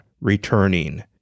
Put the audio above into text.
returning